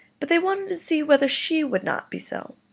but they wanted to see whether she would not be so.